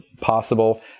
possible